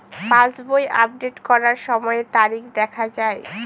পাসবই update করার সময়ে তারিখ দেখা য়ায়?